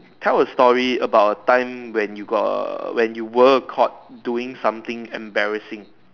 tell a story about a time when you got when you were caught doing something embarrassing